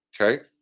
Okay